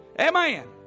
Amen